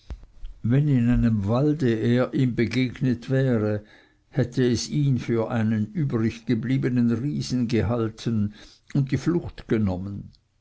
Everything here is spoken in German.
wenn in einem walde er ihm begegnet wäre hätte es ihn für einen übergebliebenen riesen gehalten und die flucht genommen